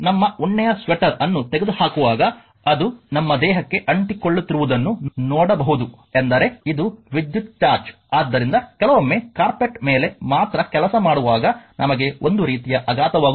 ನಮ್ಮ ಉಣ್ಣೆಯ ಸ್ವೆಟರ್ ಅನ್ನು ತೆಗೆದುಹಾಕುವಾಗ ಅದು ನಮ್ಮ ದೇಹಕ್ಕೆ ಅಂಟಿಕೊಳ್ಳುತ್ತಿರುವುದನ್ನು ನೋಡಬಹುದು ಎಂದರೆ ಇದು ವಿದ್ಯುತ್ ಚಾರ್ಜ್ ಆದ್ದರಿಂದ ಕೆಲವೊಮ್ಮೆ ಕಾರ್ಪೆಟ್ ಮೇಲೆ ಮಾತ್ರ ಕೆಲಸ ಮಾಡುವಾಗ ನಮಗೆ ಒಂದು ರೀತಿಯ ಆಘಾತವಾಗುತ್ತದೆ